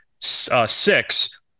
six